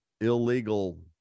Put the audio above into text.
illegal